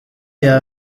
iya